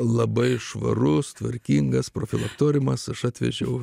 labai švarus tvarkingas profilaktoriumas aš atvežiau